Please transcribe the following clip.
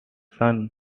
son